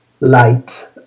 light